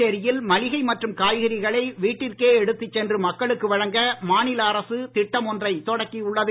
புதுச்சேரியில் மளிகை மற்றும் காய்கறிகளை வீட்டிற்கே எடுத்துச் சென்று மக்களுக்கு வழங்க மாநில அரசு திட்டம் ஒன்றைத் தொடக்கியுள்ளது